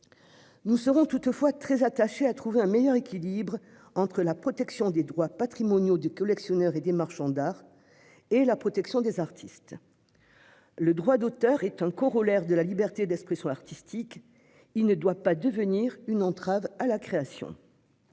Nous serons toutefois très attachés à trouver un meilleur équilibre entre la protection des droits patrimoniaux des collectionneurs et des marchands d'art et la protection des artistes. Le droit d'auteur est un corollaire de la liberté d'expression artistique. Il ne doit pas devenir une entrave à la création.